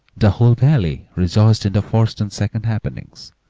the whole valley rejoiced in the first and second happenings,